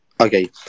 Okay